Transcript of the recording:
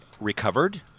recovered